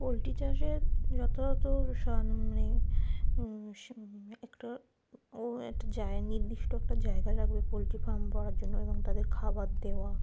poultry চাষে যথাযথ মানে একটা ও একটা জায়গা নির্দিষ্ট একটা জায়গা রাখবে পোলট্রি ফার্ম ভরার জন্য এবং তাদের খাবার দেওয়া